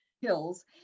hills